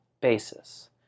basis